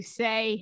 say